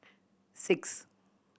six